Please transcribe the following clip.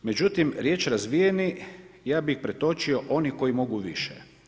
Međutim, riječ „razvijeni“ ja bih pretočio oni koji mogu više.